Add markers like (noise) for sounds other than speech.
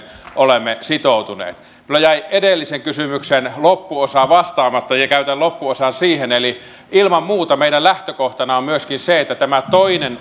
olemme sitoutuneet minulta jäi edellisen kysymyksen loppuosa vastaamatta ja käytän loppuosan siihen eli ilman muuta meidän lähtökohtanamme on myöskin se että toteutetaan tämä toinen (unintelligible)